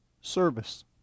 Service